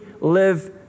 live